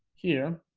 here